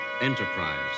Enterprise